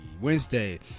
Wednesday